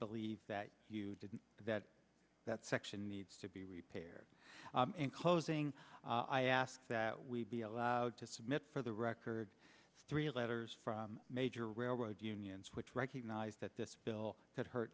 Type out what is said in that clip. believe that you did that that section needs to be repaired in closing i ask that we be allowed to submit for the record three letters from major railroad unions which recognize that this bill has hurt